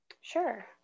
Sure